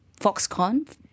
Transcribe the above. Foxconn